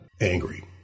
angry